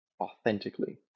authentically